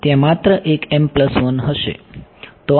ત્યાં માત્ર એક m1 હશે